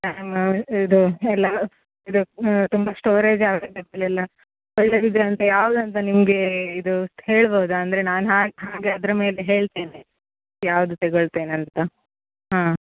ಕ್ಯಾಮ ಇದು ಎಲ್ಲ ಇದು ತುಂಬ ಸ್ಟೋರೇಜ್ ಯಾವ್ದು ಎಲ್ಲ ಒಳ್ಳೆಯದಿದೆ ಅಂತ ಯಾವ್ದು ಅಂತ ನಿಮಗೆ ಇದು ಹೇಳ್ಬೋದಾ ಅಂದರೆ ನಾನು ಹಾಕಿ ಹಾಗೆ ಅದ್ರ ಮೇಲೆ ಹೇಳ್ತೇನೆ ಯಾವುದು ತೆಗೊಳ್ತೇನೆ ಅಂತ ಹಾಂ